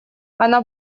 она